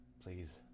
Please